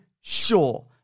sure